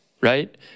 right